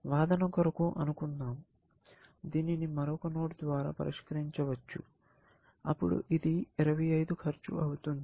వాదన కొరకు అనుకుందాము దీనిని మరొక నోడ్ ద్వారా పరిష్కరించవచ్చు అప్పుడు ఇది 25 ఖర్చు అవుతుంది